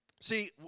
See